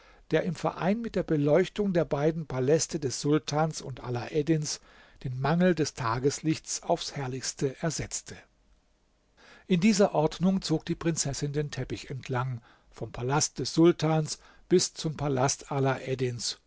der im verein mit der beleuchtung der beiden paläste des sultans und alaeddins den mangel des tageslichts aufs herrlichste ersetzte in dieser ordnung zog die prinzessin den teppich entlang vom palast des sultans bis zum palast